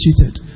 cheated